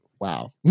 wow